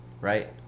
right